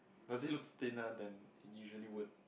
does it look thinner that usually would